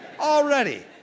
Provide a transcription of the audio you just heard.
Already